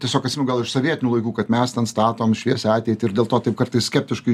tiesiog atsimenu gal iš sovietinių laikų kad mes ten statom šviesią ateitį ir dėl to taip kartais skeptiškai